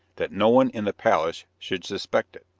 that no one in the palace should suspect it.